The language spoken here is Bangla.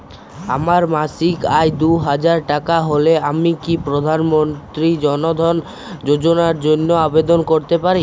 আমার মাসিক আয় দুহাজার টাকা হলে আমি কি প্রধান মন্ত্রী জন ধন যোজনার জন্য আবেদন করতে পারি?